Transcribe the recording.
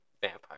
vampire